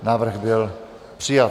Návrh byl přijat.